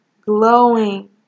glowing